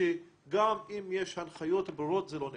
שגם אם יש הנחיות ברורות, זה לא נאכף.